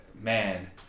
man